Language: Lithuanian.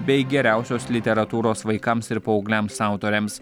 bei geriausios literatūros vaikams ir paaugliams autoriams